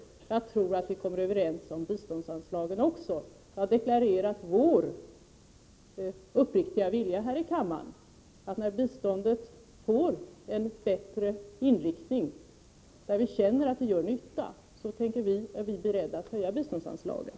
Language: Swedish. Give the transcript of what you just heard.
Jag tror att vi också skall kunna komma överens om biståndsanslagen. Själv har jag deklarerat vår uppriktiga vilja för kammaren att när biståndet får en bättre inriktning, där vi känner att det gör nytta, då är vi beredda att höja biståndsanslaget.